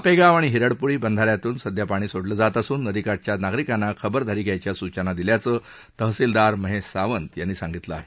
आपेगाव आणि हिरडपुरी बंधाऱ्यांतून सध्या पाणी सोडलं जात असून नदीकाठच्या नागरिकांना खबरदारी घ्यायच्या सूचना दिल्याचं तहसीलदार महेश सावंत यांनी सांगितलं आहे